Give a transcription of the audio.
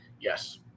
Yes